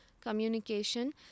communication